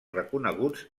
reconeguts